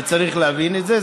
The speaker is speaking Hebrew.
וצריך להבין את זה.